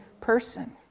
person